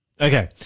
Okay